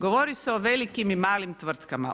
Govori se o velikim i malim tvrtkama.